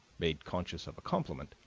made conscious of a compliment,